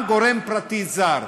גם "גורם פרטי זר"?